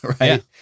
right